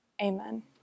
amen